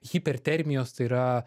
hipertermijos tai yra